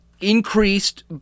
increased